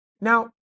Now